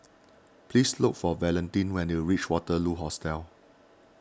please look for Valentin when you reach Waterloo Hostel